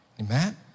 Amen